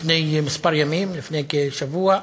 כמה ימים, לפני כשבוע,